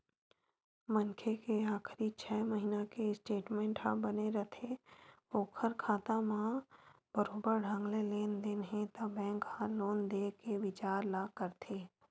मनखे के आखरी छै महिना के स्टेटमेंट ह बने रथे ओखर खाता म बरोबर ढंग ले लेन देन हे त बेंक ह लोन देय के बिचार ल करथे